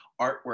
artwork